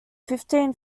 fifteen